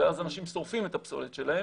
ואז אנשים שורפים את הפסולת שלהם.